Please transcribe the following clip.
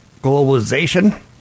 globalization